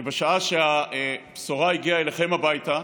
שבשעה שהבשורה הגיעה אליכם הביתה,